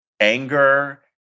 anger